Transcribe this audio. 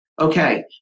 Okay